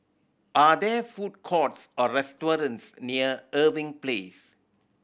are there food courts or restaurants near Irving Place